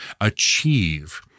achieve